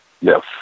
Yes